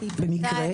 במקרה.